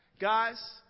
Guys